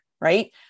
right